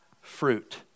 fruit